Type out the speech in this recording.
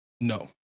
No